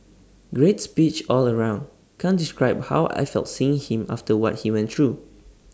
great speech all round can't describe how I felt seeing him after what he went through